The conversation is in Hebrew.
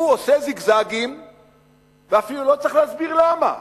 הוא עושה זיגזגים ואפילו לא צריך להסביר למה.